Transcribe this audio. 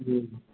जी